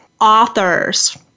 authors